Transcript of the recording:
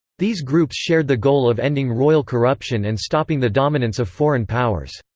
these groups shared the goal of ending royal corruption and stopping the dominance of foreign powers.